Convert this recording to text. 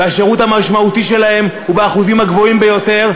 והשירות המשמעותי שלהם הוא באחוזים הגבוהים ביותר,